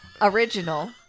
Original